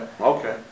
okay